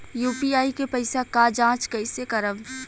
UPI के पैसा क जांच कइसे करब?